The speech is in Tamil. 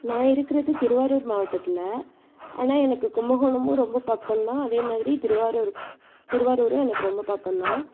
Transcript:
நான் இருக்கிறது திருவாரூர் மாவட்டத்தில் ஆனால் எனக்கு கும்பகோணமும் ரொம்ப பக்கம் தான் அதே மாதிரி திருவாரூர் திருவாரூரும் எனக்கு ரொம்ப பக்கம் தான்